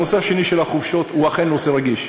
הנושא השני, של החופשות, הוא אכן נושא רגיש.